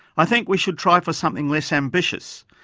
i think we should try for something less ambitious,